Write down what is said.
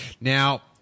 now